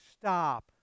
stop